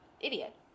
idiot